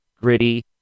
gritty